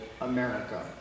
America